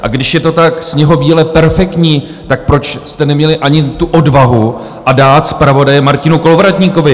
A když je to tak sněhobíle perfektní, tak proč jste neměli ani tu odvahu dát zpravodaje Martinu Kolovratníkovi?